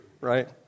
right